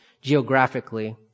geographically